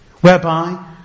whereby